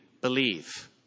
believe